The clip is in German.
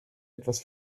etwas